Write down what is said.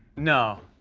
no,